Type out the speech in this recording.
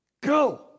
go